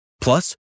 Plus